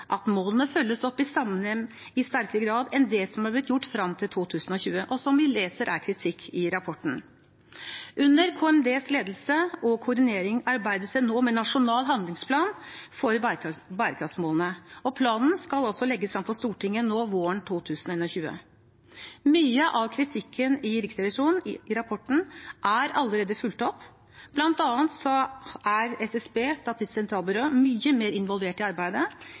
at målene følges opp i sterkere grad enn det som er blitt gjort frem til 2020, som vi leser har fått kritikk i rapporten. Under KMDs ledelse og koordinering arbeides det nå med en nasjonal handlingsplan for bærekraftsmålene, og planen skal legges frem for Stortinget våren 2021. Mye av kritikken i Riksrevisjonens rapport er allerede fulgt opp, bl.a. er Statistisk sentralbyrå mye mer involvert i arbeidet.